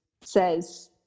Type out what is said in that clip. says